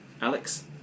Alex